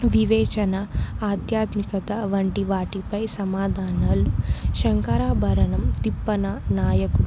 వివేచన ఆధ్యాత్మికత వంటి వాటిపై సమాధానాలు శంకారాభరణం తిప్పన నాయకు